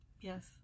yes